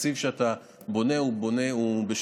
התקציב שאתה בונה הוא בשלבים,